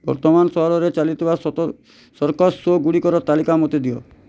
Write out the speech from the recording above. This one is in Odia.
ବର୍ତ୍ତମାନ ସହରରେ ଚାଲିଥିବା ସର୍କସ୍ ଶୋଗୁଡ଼ିକର ତାଲିକା ମୋତେ ଦିଅ